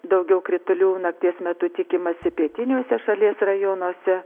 daugiau kritulių nakties metu tikimasi pietiniuose šalies rajonuose